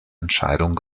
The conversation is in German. entscheidung